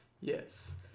Yes